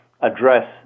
address